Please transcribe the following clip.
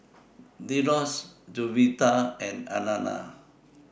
Delos Jovita and Alana